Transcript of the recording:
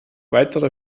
weitere